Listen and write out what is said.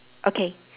okay